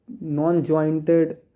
non-jointed